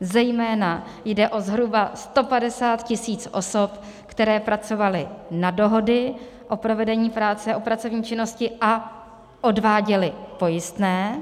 Zejména jde o zhruba 150 tisíc osob, které pracovaly na dohody o provedení práce, o pracovní činnosti a odváděly pojistné.